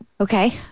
Okay